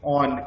on